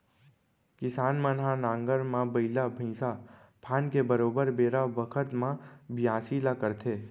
किसान मन ह नांगर म बइला भईंसा फांद के बरोबर बेरा बखत म बियासी ल करथे